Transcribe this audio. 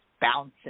bouncing